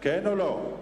כן או לא?